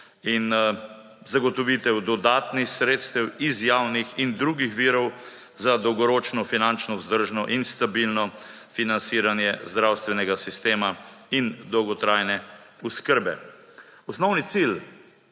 in zagotovitev dodatnih sredstev iz javnih in drugih virov za dolgoročno finančno vzdržno in stabilno financiranje zdravstvenega sistema in dolgotrajne oskrbe. Osnovni cilj